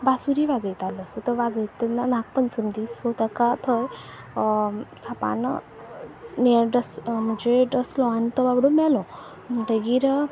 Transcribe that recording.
बासुरी वाजयतालो सो तो वाजयता तेन्ना नाग पंचम दीस सो ताका थंय सापान निय डस म्हणजे डसलो आनी तो बाबडो मेलो म्हणटगीर